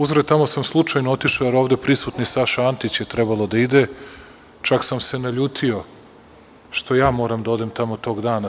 Uzgred, tamo sam slučajno otišao, a ovde prisutni Saša Antić je trebalo da ide, čak sam se naljutio što ja moram da odem tamo tog dana.